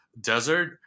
desert